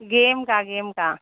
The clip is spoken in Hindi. गेम का गेम का